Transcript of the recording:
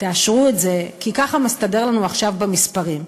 תאשרו את זה, כי ככה מסתדר לנו עכשיו במספרים.